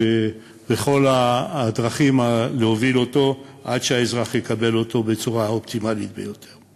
ובכל הדרכים להוביל אותו כך שהאזרח יקבל אותו בצורה האופטימלית ביותר.